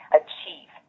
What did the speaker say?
achieve